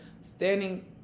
standing